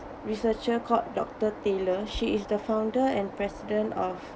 researcher called doctor taylor she is the founder and president of